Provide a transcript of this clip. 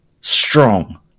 strong